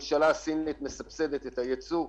הממשלה הסינית מסבסדת את הייצוא,